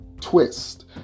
twist